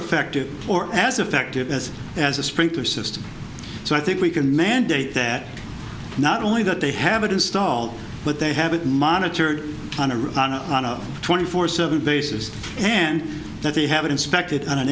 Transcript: effective or as effective as as a sprinkler system so i think we can mandate that not only that they have it installed but they have it monitored on a roof on a twenty four seven basis and that they have inspected on an